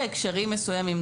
בהקשרים מסוימים.